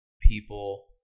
people